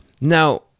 Now